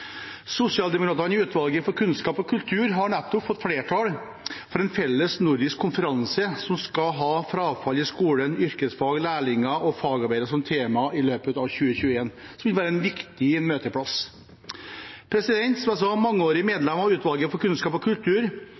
utvalget for kunnskap og kultur har nettopp fått flertall for en felles nordisk konferanse, som skal ha frafall i skolen, yrkesfag, lærlinger og fagarbeidere som tema i løpet av 2021. Det vil være en viktig møteplass. Som mangeårig medlem av utvalget for kunnskap og kultur,